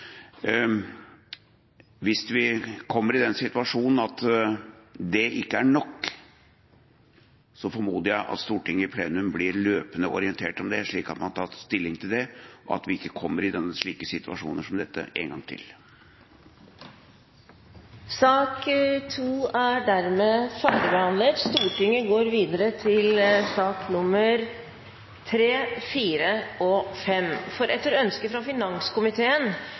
Hvis vi kommer i den situasjon at det ikke er nok, formoder jeg at Stortinget i plenum blir løpende orientert om det, slik at man kan ta stilling til det, og at vi ikke kommer i en slik situasjon som dette en gang til. Flere har ikke bedt om ordet til sak nr. 2. Etter ønske fra finanskomiteen